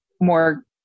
more